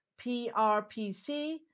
PRPC